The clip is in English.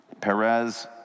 Perez